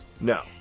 No